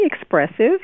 expressive